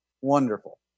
Wonderful